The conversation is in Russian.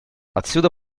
отсюда